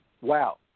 Wow